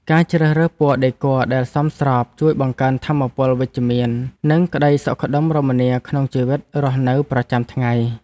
ការជ្រើសរើសពណ៌ដេគ័រដែលសមស្របជួយបង្កើនថាមពលវិជ្ជមាននិងក្តីសុខដុមរមនាក្នុងជីវិតរស់នៅប្រចាំថ្ងៃ។